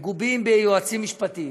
מגובים ביועצים משפטיים,